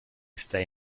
stay